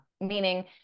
Meaning